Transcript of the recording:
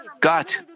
got